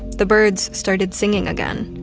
the birds started singing again.